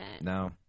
No